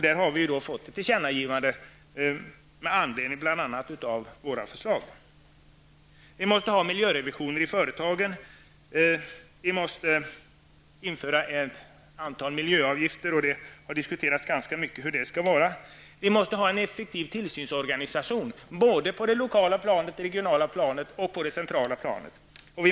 Där har vi fått ett tillkännagivande nu, bl.a. med anledning av våra förslag. Vi måste ha miljörevisioner i företagen och införa ett antal miljöavgifter. Den frågan har diskuterats ganska mycket. Vi måste ha en effektiv tillsynsorganisation på både det regionala, lokala och centrala planet.